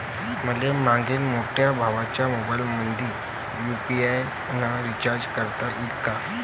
मले माह्या मोठ्या भावाच्या मोबाईलमंदी यू.पी.आय न रिचार्ज करता येईन का?